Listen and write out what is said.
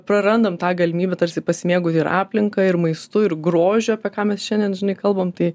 prarandam tą galimybę tarsi pasimėgauti ir aplinką ir maistu ir grožiu apie ką mes šiandien kalbam tai